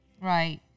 right